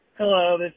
Hello